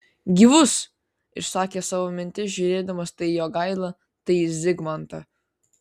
gyvus išsakė savo mintis žiūrėdamas tai į jogailą tai į zigmantą